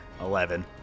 Eleven